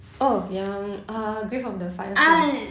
oh yang uh grave of the fireflies